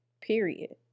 period